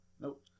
Nope